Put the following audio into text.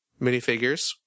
minifigures